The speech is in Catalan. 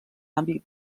àmbit